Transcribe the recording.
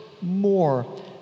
more